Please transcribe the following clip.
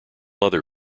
other